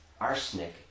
arsenic